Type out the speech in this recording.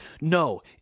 No